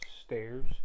Stairs